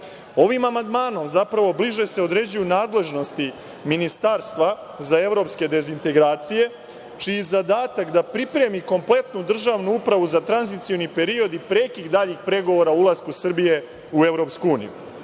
EU.Ovim amandmanom zapravo se bliže određuju nadležnosti ministarstva za evropske dezintegracije čiji je zadatak da pripremi kompletnu državnu upravu za tranzicioni period i prekid daljih pregovora o ulasku Srbije u EU.